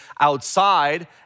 outside